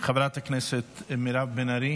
חברת הכנסת מירב בן ארי,